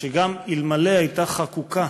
שגם אלמלא הייתה חקוקה